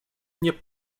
nie